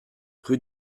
rue